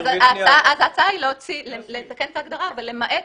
ההצעה לתקן את ההגדרה, ולמעט.